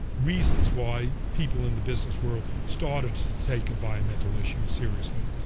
reasons why people in the business world started to take environmental issues seriously.